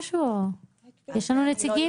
יש לנו נציגים?